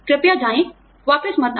कृपया जाएँ वापिस मत आना